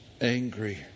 angry